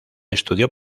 estudió